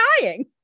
dying